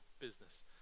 business